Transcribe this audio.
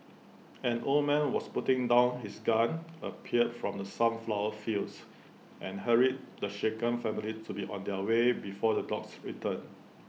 an old man was putting down his gun appeared from the sunflower fields and hurried the shaken family to be on their way before the dogs return